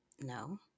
No